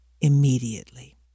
immediately